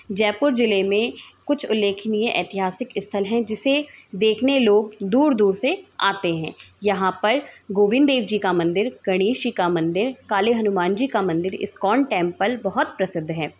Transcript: जयपुर ज़िले में कुछ उल्लेखनीय ऐतिहासिक स्थल हैं जिसे देखने लोग दूर दूर से आते हैं यहाँ पर गोविंद देव जी का मंदिर गणेश जी का मंदिर काले हनुमान जी का मंदिर इस्कॉन टेंपल बहुत प्रसिद्ध है